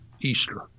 Easter